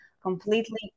completely